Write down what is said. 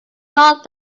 not